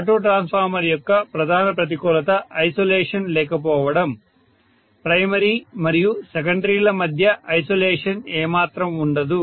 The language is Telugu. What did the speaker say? ఆటో ట్రాన్స్ఫార్మర్ యొక్క ప్రధాన ప్రతికూలత ఐసోలేషన్ లేకపోవడం ప్రైమరీ మరియు సెకండరీల మధ్య ఐసోలేషన్ ఏ మాత్రం ఉండదు